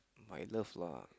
my love lah